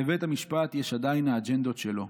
לבית המשפט יש עדיין האג'נדות שלו.